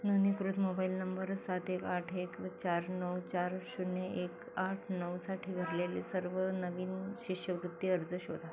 नोंदणीकृत mobile number सात एक आठ एक चार नऊ चार शून्य एक आठ नऊसाठी भरलेले सर्व नवीन शिष्यवृत्ती अर्ज शोधा